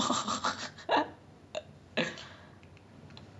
ya like I mean என்னோட ஊர்ல இல்ல:ennoda oorla illa lah நா வந்து மதுரைக்காரன்:naa vanthu maduraikkaaran